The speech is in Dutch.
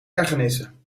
ergernissen